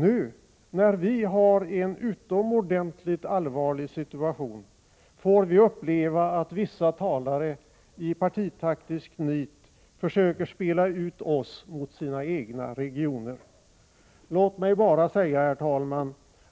Nu när vi har en utomordentligt allvarlig situation får vi uppleva att vissa talare i partitaktiskt nit försöker spela ut oss mot sina egna regioner. Herr talman! Låt mig bara säga